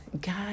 God